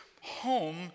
home